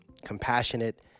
compassionate